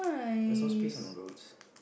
there's no space on the roads